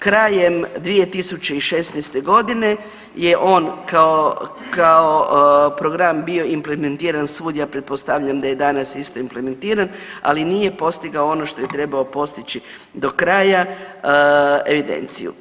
Krajem 2016. godine je on kao, kao program bio implementiran svud, ja pretpostavljam da je danas isto implementiran, ali nije postigao ono što je trebao postići do kraja, evidenciju.